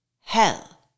hell